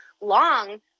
long